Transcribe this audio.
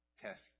Test